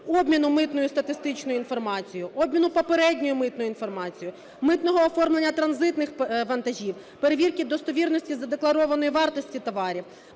обміну митною статистичною інформацією, обміну попередньою митною інформацією, митного оформлення транзитних вантажів, перевірки достовірності задекларованої вартості товарів,